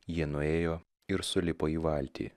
jie nuėjo ir sulipo į valtį